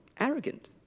arrogant